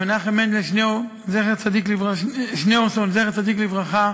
מנחם מנדל שניאורסון, זכר צדיק לברכה,